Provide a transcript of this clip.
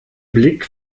blick